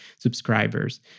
subscribers